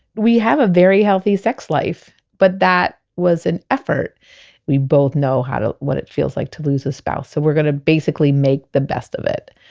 we have a very healthy sex life but that was an effort we both know how to what it feels like to lose a spouse. so we're going to basically make the best of it.